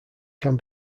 can